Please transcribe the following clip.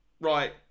right